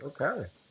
Okay